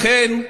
לכן,